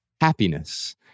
happiness